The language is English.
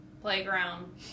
playground